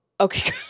Okay